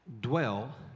dwell